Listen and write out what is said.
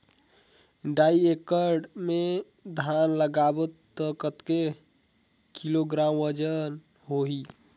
ढाई एकड़ मे धान लगाबो त कतेक किलोग्राम वजन होही?